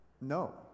No